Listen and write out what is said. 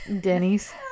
Denny's